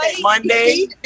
Monday